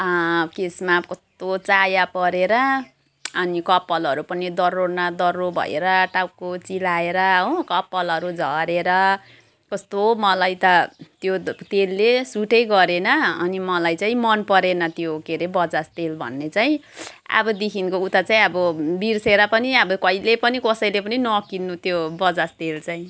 केशमा कस्तो चाया परेर अनि कपालहरू पनि दह्रो न दह्रो भएर टाउको चिलाएर हो कपालहरू झरेर कस्तो मलाई त त्यो तेलले सुटै गरेन अनि मलाई चाहिँ मनपरेन त्यो के अरे बजाज तेल भन्ने चाहिँ अबदेखिको उता चाहिँ अब बिर्सेर पनि अब कहिले पनि कसैले पनि नकिन्नु त्यो बजाज तेल चाहिँ